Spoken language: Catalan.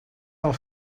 del